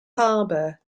harbor